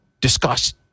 discuss